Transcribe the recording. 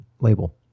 label